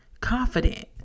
confident